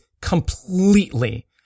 completely